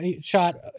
shot